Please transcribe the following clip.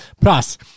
Plus